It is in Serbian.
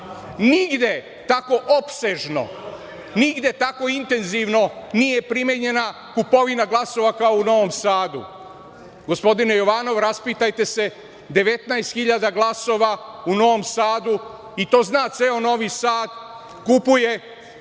nigde tako opsežno, nigde tako intenzivno nije primenjena kupovina glasova kao u Novom Sadu. Gospodine Jovanov, raspitajte se 19.000 glasova u Novom Sadu i to zna ceo Novi Sad, kupuje